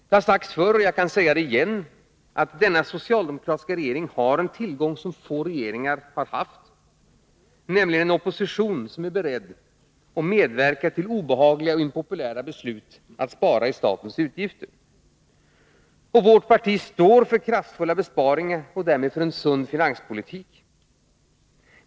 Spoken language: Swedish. Det har sagts förr, och jag kan säga det igen, att denna socialdemokratiska regering har en tillgång som få regeringar har haft, nämligen en opposition som är beredd att medverka till obehagliga och impopulära beslut att spara i statens utgifter. Och vårt parti står för kraftfulla besparingar och därmed för en sund finanspolitik.